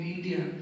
India